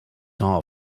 are